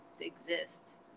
exist